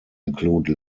include